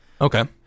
Okay